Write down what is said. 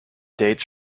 dates